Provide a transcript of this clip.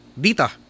Dita